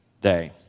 day